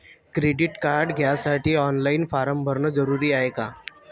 Credit card घ्यासाठी online form भरन जरुरीच हाय का?